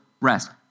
rest